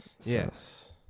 Yes